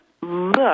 look